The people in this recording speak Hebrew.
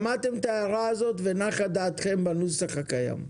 שמעתם את ההערה הזאת ונחה דעתכם מהנוסח הקיים.